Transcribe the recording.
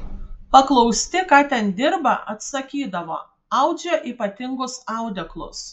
paklausti ką ten dirbą atsakydavo audžią ypatingus audeklus